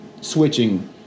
switching